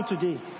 today